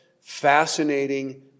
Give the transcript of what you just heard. fascinating